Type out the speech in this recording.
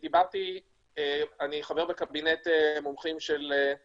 אני חבר בקבינט מומחים בראשות פרופ'